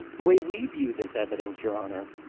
the way we view this evidence, your honor,